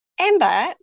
Amber